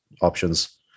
options